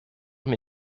mais